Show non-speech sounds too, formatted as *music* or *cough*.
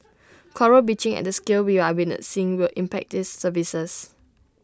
*noise* Coral bleaching at the scale we are witnessing will impact these services